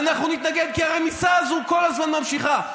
ואנחנו נתנגד כי הרמיסה הזאת כל הזמן נמשכת.